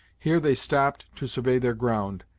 here they stopped to survey their ground,